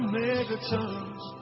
megatons